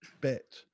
bit